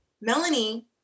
Melanie